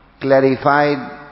clarified